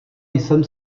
jsem